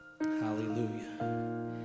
Hallelujah